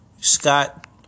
Scott